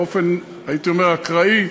באופן אקראי,